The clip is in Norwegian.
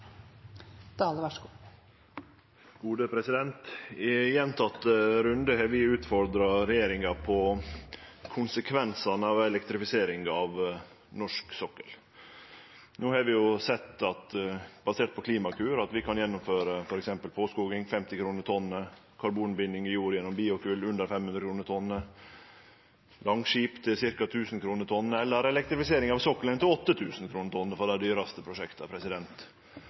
I gjentekne rundar har vi utfordra regjeringa på konsekvensane av elektrifiseringa av norsk sokkel. No har vi sett, basert på Klimakur, at vi kan gjennomføre f.eks. påskoging til 50 kr per tonn, karbonbinding i jord gjennom biokol til under 500 kr per tonn, Langskip til ca. 1 000 kr per tonn eller elektrifisering av sokkelen til 8 000 kr per tonn for dei dyraste prosjekta.